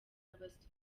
n’abasore